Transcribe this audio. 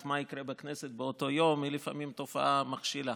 מה יקרה בכנסת באותו יום היא לפעמים תופעה מכשילה.